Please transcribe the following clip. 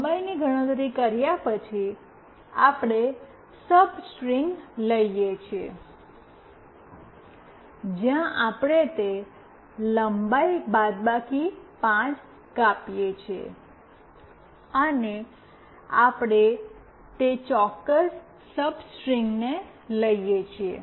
લંબાઈની ગણતરી કર્યા પછી આપણે સબસ્ટ્રિંગ લઈએ છીએ જ્યાં આપણે તે લંબાઈ બાદબાકી 5 કાપીએ છીએ અને આપણે તે ચોક્કસ સબસ્ટ્રિંગ લઈએ છીએ